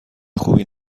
خوبی